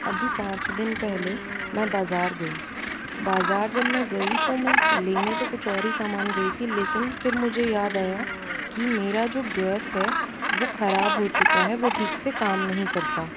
अभी पांच दिन पहले मैं बाज़ार गई बाज़ार जब मैं गई तो मैं लेने तो कुछ और ही सामान गई थी लेकिन फ़िर मुझे याद आया कि मेरा जो गैस है वो खराब हो चुका है वो ठीक से काम नहीं करता